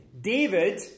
David